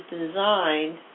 designed